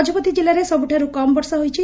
ଗଜପତି ଜିଲ୍ଲାରେ ସବୁଠାରୁ କମ୍ ବର୍ଷା ହୋଇଛି